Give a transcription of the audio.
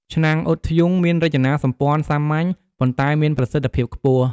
ឆ្នាំងអ៊ុតធ្យូងមានរចនាសម្ព័ន្ធសាមញ្ញ ប៉ុន្តែមានប្រសិទ្ធភាពខ្ពស់។